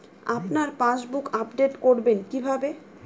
আপনার passbook update করবেন কিভাবে?